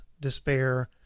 despair